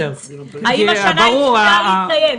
האם השנה היא תתקיים?